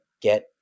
get